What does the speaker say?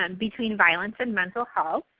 um between violence and mental health.